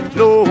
no